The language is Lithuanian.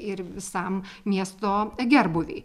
ir visam miesto gerbūviui